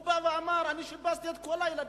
הוא בא ואמר: אני שיבצתי את כל הילדים,